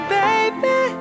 baby